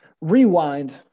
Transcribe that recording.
rewind